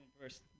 first